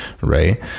right